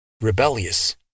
rebellious